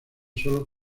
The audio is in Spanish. solo